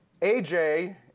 AJ